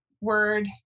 word